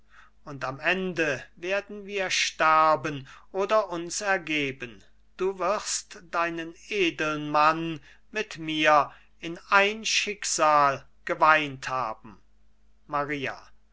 und am ende werden wir sterben oder uns ergeben du wirst deinen edeln mann mit mir in ein schicksal geweint haben maria